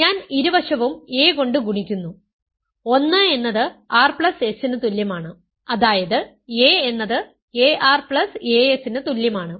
ഞാൻ ഇരുവശവും a കൊണ്ട് ഗുണിക്കുന്നു 1 എന്നത് r s ന് തുല്യമാണ് അതായത് a എന്നത് aras ന് തുല്യമാണ്